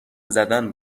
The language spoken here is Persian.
زدن